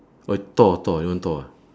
or thor thor you don't want thor ah